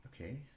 Okay